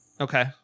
Okay